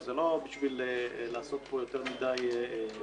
זה לא בשביל לעשות פה יותר מדי אירועים,